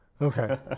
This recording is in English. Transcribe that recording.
okay